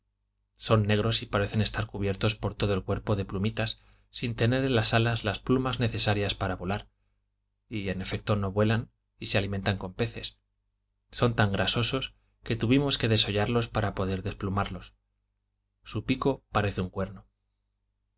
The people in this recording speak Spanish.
son negros y parecen estar cubiertos por todo el cuerpo de plumitas sin tener en ias alas las plumas necesarias para volar y en efecto no vuelan y se alimentan con peces son tan grasosos que tuvimos que desollarlos para poder desplumarlos su pico parece un cuerno